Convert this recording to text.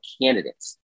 candidates